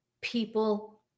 people